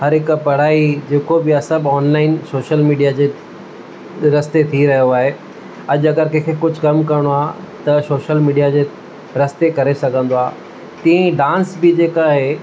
हरेक पढ़ाई जेको बि आहे सभु ऑनलाइन शोशल मिडिआ जे रस्ते थी रहियो आहे अॼु अगरि कंहिं खे कुझु कमु करिणो आहे त शोशल मिडिआ जे रस्ते करे सघंदो आहे तीअं ई डांस बि जेका आहे